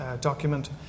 document